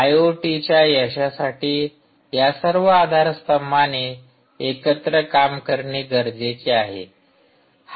आयोटिच्या यशासाठी या सर्व आधारस्तंभाने एकत्र काम करणे गरजेचे आहे